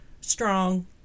strong